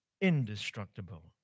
Indestructible